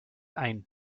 ein